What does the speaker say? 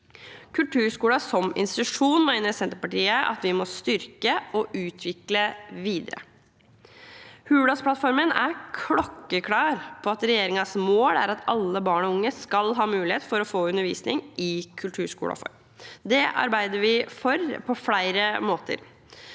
Kulturskolen som institusjon mener Senterpartiet at vi må styrke og utvikle videre. Hurdalsplattformen er klokkeklar på at regjeringens mål er at alle barn og unge skal ha mulighet for å få undervisning i kulturskolen. Det arbeider vi for på flere måter.